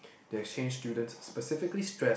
the exchange students specifically stress